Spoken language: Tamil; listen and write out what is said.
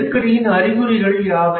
நெருக்கடியின் அறிகுறிகள் யாவை